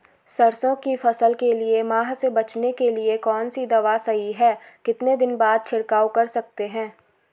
सरसों की फसल के लिए माह से बचने के लिए कौन सी दवा सही है कितने दिन बाद छिड़काव कर सकते हैं?